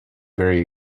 very